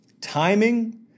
Timing